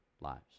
lives